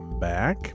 back